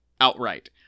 outright